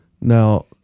now